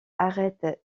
arrête